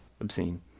Obscene